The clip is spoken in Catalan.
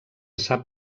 sap